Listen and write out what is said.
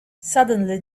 suddenly